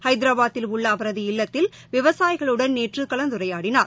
ஹைதராபாத்தில் உள்ளஅவரது இல்லத்தில் விவசாயிகளுடன் நேற்றுகலந்துரையாடினார்